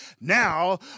Now